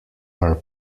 are